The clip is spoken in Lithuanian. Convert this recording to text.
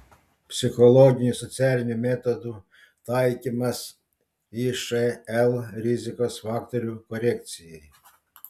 psichologinių socialinių metodų taikymas išl rizikos faktorių korekcijai